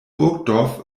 burgdorf